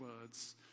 words